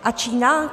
A Čína?